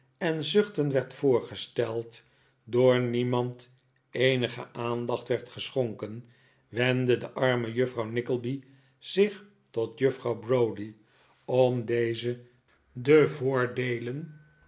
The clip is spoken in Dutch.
en zuchten werd voor gest eld door niemand eenige aandacht werd geschonken wendde de arme juffrouw nickleby zich tot juffrouw browdie om deze de voordeelen